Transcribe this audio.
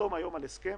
הסכם